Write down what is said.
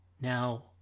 Now